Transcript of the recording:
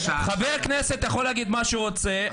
חבר כנסת יכול להגיד מה שהוא רוצה.